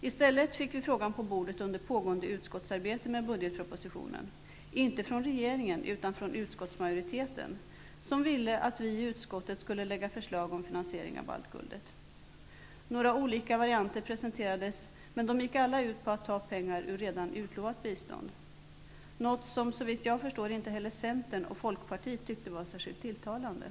I stället kom frågan på bordet under pågående utskottsarbete med budgetpropositionen -- inte från regeringen utan från utskottsmajoriteten, som ville att utskottet skulle lägga fram förslag till finansiering av kompensationen för baltguldet. Några olika varianter till finansiering presenterades, men de gick alla ut på att ta pengar ur redan utlovat bistånd. Det är något som, såvitt jag förstår, inte heller Centern och Folkpartiet tyckte var särskilt tilltalande.